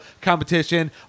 competition